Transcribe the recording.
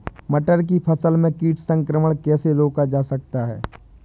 मटर की फसल में कीट संक्रमण कैसे रोका जा सकता है?